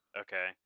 Okay